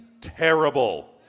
terrible